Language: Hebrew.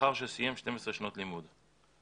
לאחר שסיים 12 שנות לימודים.